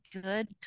good